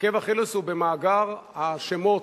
עקב אכילס הוא במאגר השמות,